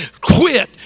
quit